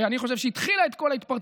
שאני חושב שהיא התחילה את כל ההתפרצות,